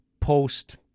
post